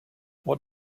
what